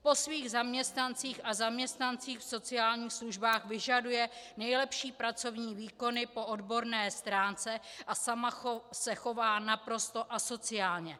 Po svých zaměstnancích a zaměstnancích v sociálních službách vyžaduje nejlepší pracovní výkony po odborné stránce, a sama se chová naprosto asociálně.